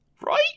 Right